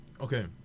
okay